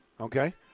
okay